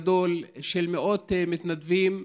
חברת הכנסת תמר זנדברג,